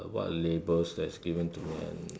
what labels that given to me ah